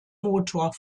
motor